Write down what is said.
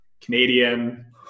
Canadian